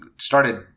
started